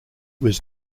was